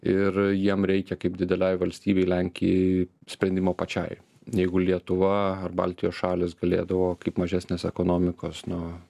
ir jiem reikia kaip didelei valstybei lenkijai sprendimo pačiai jeigu lietuva ar baltijos šalys galėdavo kaip mažesnės ekonomikos nu